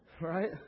Right